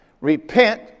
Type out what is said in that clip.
Repent